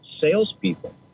salespeople